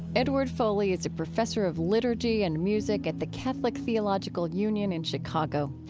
edward foley is a professor of liturgy and music at the catholic theological union in chicago.